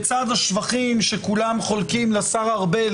לצד השבחים שכולם חולקים לשר ארבל,